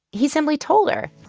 he simply told her,